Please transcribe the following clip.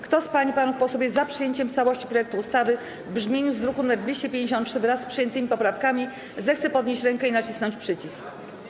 Kto z pań i panów posłów jest za przyjęciem w całości projektu ustawy w brzmieniu z druku nr 253 wraz z przyjętymi poprawkami, zechce podnieść rękę i nacisnąć przycisk.